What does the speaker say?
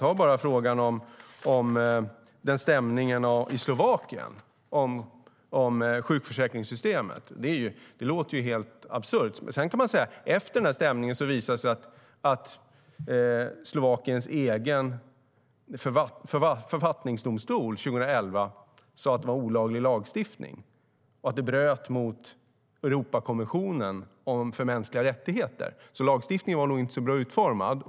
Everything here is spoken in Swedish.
Ta bara stämningen i Slovakien när det gällde sjukförsäkringssystemet. Det låter helt absurt. Men efter stämningen visade det sig att Slovakiens egen författningsdomstol 2011 sade att det var olaglig lagstiftning, att den bröt mot Europakonventionen om mänskliga rättigheter, så lagstiftningen var nog inte så bra utformad.